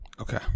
Okay